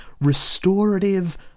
restorative